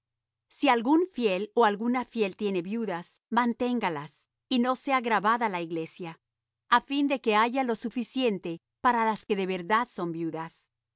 si algún fiel ó alguna fiel tiene viudas manténgalas y no sea gravada la iglesia á fin de que haya lo suficiente para las que de verdad son viudas